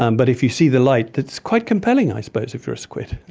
um but if you see the light, it's quite compelling i suppose if you are a squid.